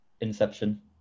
Inception